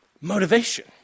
Motivation